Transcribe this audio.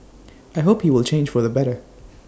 I hope he will change for the better